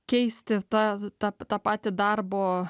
keisti tą tą tą patį darbo